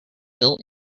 built